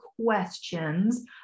questions